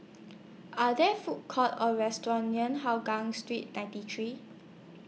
Are There Food Courts Or restaurants near Hougang Street ninety three